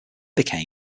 becomes